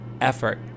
effort